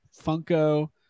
Funko